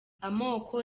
amoko